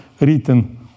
written